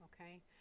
Okay